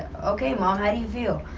okay mom, how do you feel?